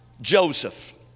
Joseph